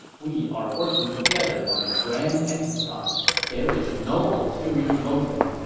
we are working together on a grand enterprise. there is no ulterior motive.